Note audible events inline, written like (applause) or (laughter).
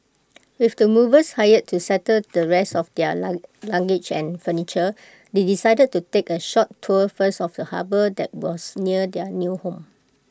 with the movers hired to settle the rest of their (unintelligible) luggage and furniture they decided to take A short tour first of the harbour that was near their new home